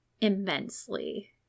immensely